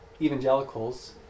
evangelicals